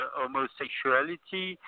homosexuality